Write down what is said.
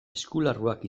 eskularruak